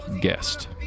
guest